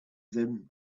them